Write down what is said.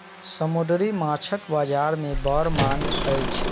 समुद्री माँछक बजार में बड़ मांग अछि